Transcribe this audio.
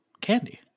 candy